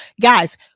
Guys